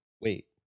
wait